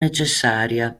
necessaria